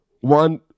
One